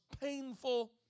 painful